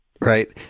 Right